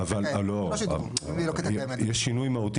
אבל יש שינוי מהותי.